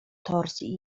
torsji